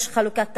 יש חלוקת תפקידים.